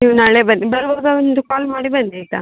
ನೀವು ನಾಳೆ ಬನ್ನಿ ಬರುವಾಗ ಒಂದು ಕಾಲ್ ಮಾಡಿ ಬನ್ನಿ ಆಯ್ತ